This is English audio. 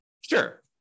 Sure